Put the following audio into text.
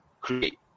create